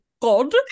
God